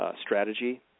strategy